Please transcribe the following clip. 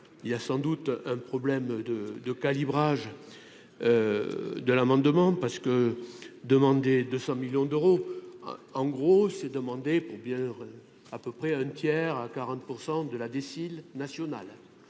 il y a sans doute un problème de de calibrage de l'amendement parce que demander de 100 millions d'euros, en gros, c'est demander pour bien à peu près un tiers à 40 % de la déciles national,